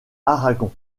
aragon